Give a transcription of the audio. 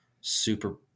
super